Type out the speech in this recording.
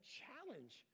challenge